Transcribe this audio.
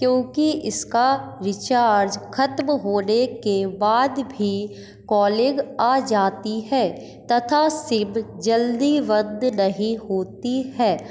क्योंकि इसका रिचार्ज ख़त्म होने के बाद भी कॉलिंग आ जाती है तथा सिम जल्दी वद्द नहीं होती है